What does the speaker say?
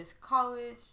college